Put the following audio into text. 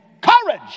courage